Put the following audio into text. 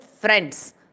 friends